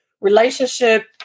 relationship